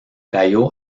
cayó